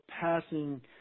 passing